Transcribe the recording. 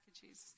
Jesus